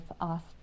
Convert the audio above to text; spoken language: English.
asked